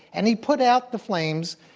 and he put out the flames,